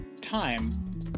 time